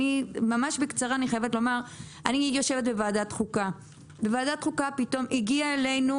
אני יושבת בוועדת החוקה, חוק ומשפט והגיעה אלינו